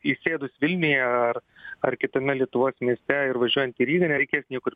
įsėdus vilniuje ar ar kitame lietuvos mieste ir važiuojant į rygą nereikės niekur